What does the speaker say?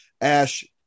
ash